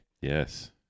Yes